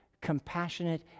compassionate